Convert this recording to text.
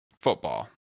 football